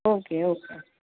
okay okay